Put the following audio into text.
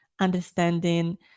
understanding